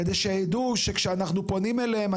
כדי שהם ידעו שברגע שאנחנו פונים אליהם,